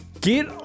Get